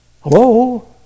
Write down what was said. Hello